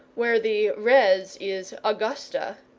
where the res is angusta,